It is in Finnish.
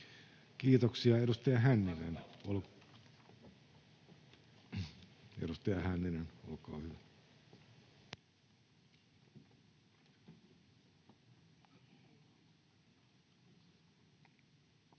Kiitoksia. — Edustaja Hänninen, olkaa hyvä.